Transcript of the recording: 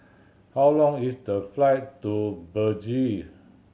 how long is the flight to Belize